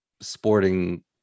sporting